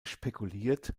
spekuliert